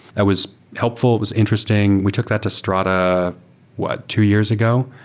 that was helpful. it was interesting. we took that to strata what? two years ago,